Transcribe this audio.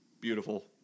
Beautiful